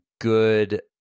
good